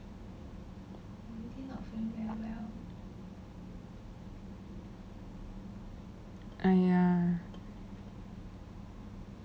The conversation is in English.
!aiya!